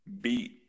beat